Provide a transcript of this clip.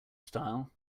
style